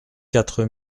quatre